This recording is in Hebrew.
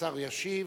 והשר ישיב.